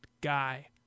guy